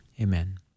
Amen